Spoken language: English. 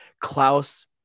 Klaus